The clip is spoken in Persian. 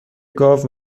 گاو